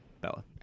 bella